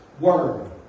word